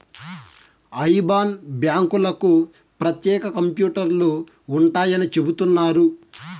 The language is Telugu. ఐబాన్ బ్యాంకులకు ప్రత్యేక కంప్యూటర్లు ఉంటాయని చెబుతున్నారు